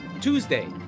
Tuesday